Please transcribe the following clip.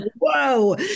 whoa